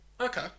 Okay